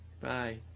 bye